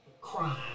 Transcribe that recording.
Crime